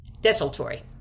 desultory